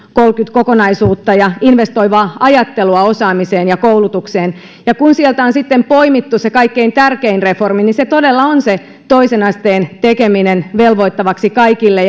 kokonaisuutta ja investoivaa ajattelua osaamiseen ja koulutukseen kun sieltä on sitten poimittu se kaikkein tärkein reformi niin se todella on toisen asteen tekeminen velvoittavaksi kaikille